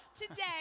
today